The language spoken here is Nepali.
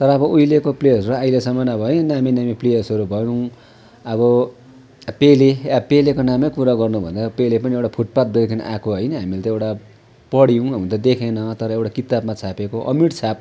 तर अब उहिलेको प्लेयरहरू अहिलेसम्म अब है नामी दामी प्लेयर्सहरू भनौँ अब पेले अब पेलेको नामै कुरा गर्नु भनेर पेले पनि एउटा फुटपाथदेखि आएको होइन हामीले त एउटा पढ्यौँ हुन त देखेन तर एउटा किताबमा छापेको अमेट छाप